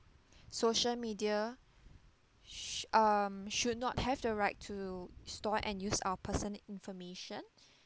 social media sh~ um should not have the right to store and use our personal information